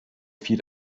viel